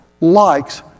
likes